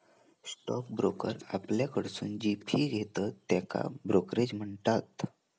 stock broker आपल्याकडसून जी fee घेतत त्येका ब्रोकरेज म्हणतत